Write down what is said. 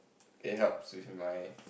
it helps with my